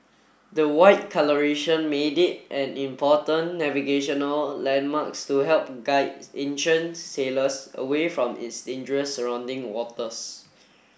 the white colouration made it an important navigational landmarks to help guide ancient sailors away from its dangerous surrounding waters